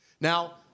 Now